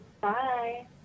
Bye